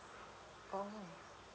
oh